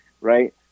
right